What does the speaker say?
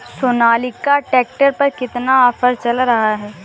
Sonalika tractor पर कितना offer चल रहा है?